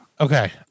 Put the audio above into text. Okay